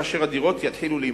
כאשר הדירות יתחילו להימכר.